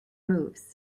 moves